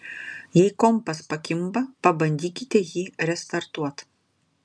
jei kompas pakimba pabandykite jį restartuot